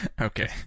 Okay